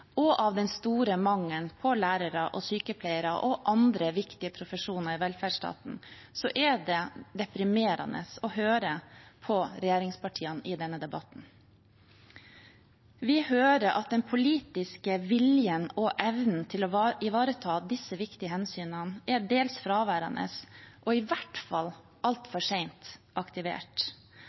og av den store mangelen på lærere, sykepleiere og andre viktige profesjoner i velferdsstaten, er det deprimerende å høre på regjeringspartiene i denne debatten. Vi hører at den politiske viljen og evnen til å ivareta disse viktige hensynene er til dels fraværende og i hvert fall altfor sent aktivert.